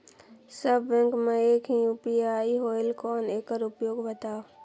सब bank मे एक ही यू.पी.आई होएल कौन एकर उपयोग बताव?